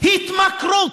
התמכרות.